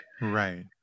Right